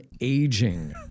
aging